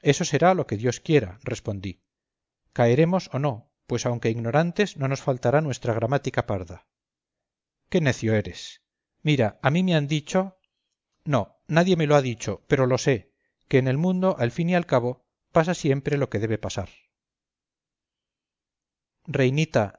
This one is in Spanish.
será lo que dios quiera respondí caeremos o no pues aunque ignorantes no nos faltará nuestra gramática parda qué necio eres mira a mí me han dicho no nadie me lo ha dicho pero lo sé que en el mundo al fin y al cabo pasa siempre lo que debe pasar reinita